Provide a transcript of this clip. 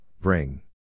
bring